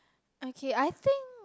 okay I think